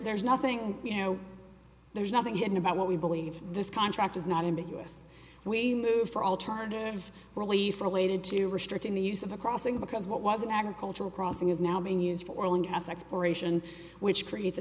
there's nothing you know there's nothing hidden about what we believe this contract is not ambiguous we move for alternatives released related to restricting the use of the crossing because what was an agricultural crossing is now being used for long as exploration which creates a